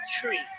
tree